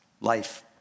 life